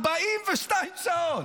42 שעות.